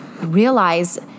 realize